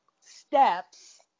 steps